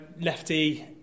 lefty